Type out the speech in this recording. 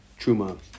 Truma